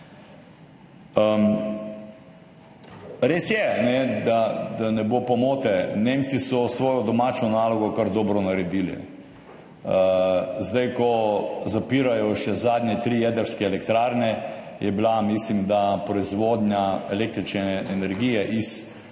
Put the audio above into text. Res je, da ne bo pomote, Nemci so svojo domačo nalogo kar dobro naredili. Zdaj ko zapirajo še zadnje tri jedrske elektrarne, je bila, mislim da, proizvodnja električne energije iz